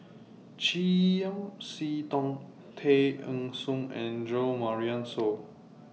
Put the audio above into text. Chiam See Tong Tay Eng Soon and Jo Marion Seow